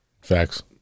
facts